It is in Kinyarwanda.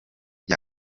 bya